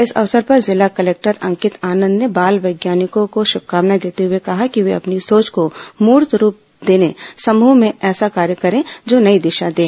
इस अवसर पर जिला कलेक्टर अंकित आनंद ने बाल वैज्ञानिकों को शुभकामनाए देते हुए कहा कि वे अपनी सोंच को मूर्त रूप देने समूह में ऐसा कार्य करें जो नई दिशा दें